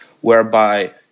whereby